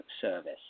service